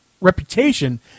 reputation